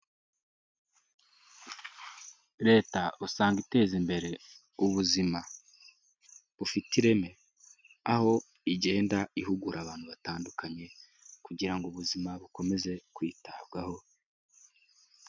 Leta usanga iteza imbere ubuzima bufite ireme, aho igenda ihugura abantu batandukanye kugira ngo ubuzima bukomeze kwitabwaho.